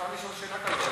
אפשר לשאול שאלה כזאת,